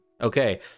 Okay